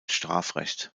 strafrecht